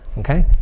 okay.